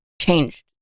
changed